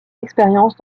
expérience